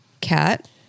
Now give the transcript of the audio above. Cat